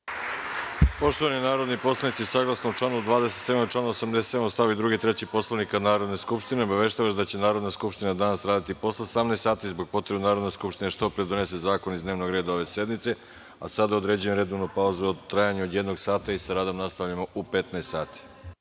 Poštovani narodni poslanici, saglasno članu 27. članu 87. st. 2. i 3. Poslovnika Narodne skupštine, obaveštavam vas da će Narodna skupština danas raditi i posle 18.00 časova, zbog potrebe da Narodna skupština što pre donese zakone iz dnevnog reda ove sednice. Sada određujem redovnu pauzu u trajanju od jednog sata. Sa radom nastavljamo u 15.00